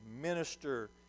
minister